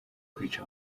kwica